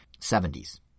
70s